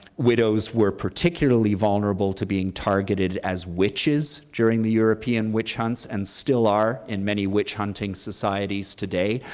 widows were particularly vulnerable to being targeted as witches during the european witch hunts and still are in many witch-hunting societies today.